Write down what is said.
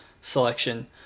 selection